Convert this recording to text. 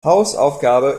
hausaufgabe